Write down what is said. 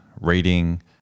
reading